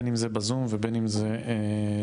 בין אם זה בזום ובין אם זה לכאן.